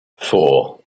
four